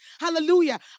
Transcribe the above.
Hallelujah